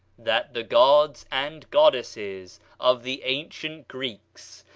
that the gods and goddesses of the ancient greeks,